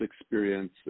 experience